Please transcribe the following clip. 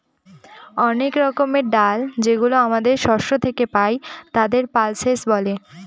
অনেক রকমের ডাল যেগুলো আমাদের শস্য থেকে পাই, তাকে পালসেস বলে